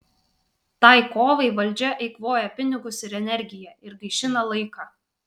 tai kovai valdžia eikvoja pinigus ir energiją ir gaišina laiką